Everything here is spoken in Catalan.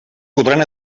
poden